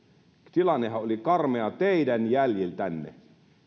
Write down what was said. tilannehan oli karmea teidän jäljiltänne